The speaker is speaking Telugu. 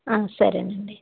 సరే నండి